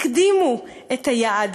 הקדימו את היעד.